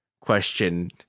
question